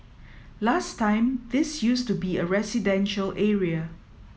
last time this used to be a residential area